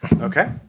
Okay